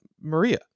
Maria